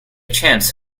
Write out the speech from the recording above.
chance